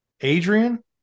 Adrian